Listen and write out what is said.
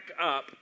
up